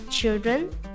Children